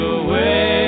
away